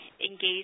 engaged